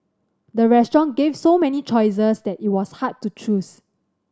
the restaurant gave so many choices that it was hard to choose